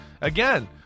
again